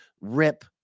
rip